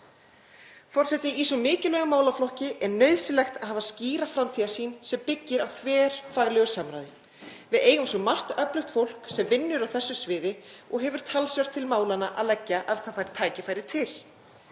Forseti. Í svo mikilvægum málaflokki er nauðsynlegt að hafa skýra framtíðarsýn sem byggir á þverfaglegu samráði. Við eigum svo margt öflugt fólk sem vinnur á þessu sviði og hefur talsvert til málanna að leggja ef það fær tækifæri til.